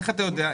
איך אתה יודע?